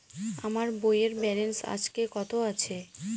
আমার বইয়ের ব্যালেন্স আজকে কত আছে?